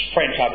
French